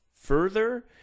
further